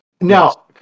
Now